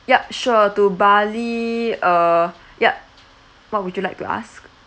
yup sure to bali uh yup what would you like to ask